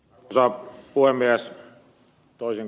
toisin kuin ed